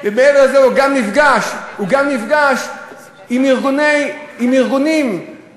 מעבר לזה, הוא גם נפגש עם ארגוני שמאל.